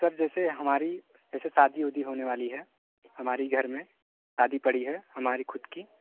sir जैसे हमारी जैसे शादी वादी होने वाली है हमारी घर में शादी पड़ी है हमारी खुद की